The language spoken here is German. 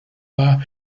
war